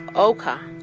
ochre,